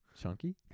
Chunky